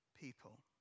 people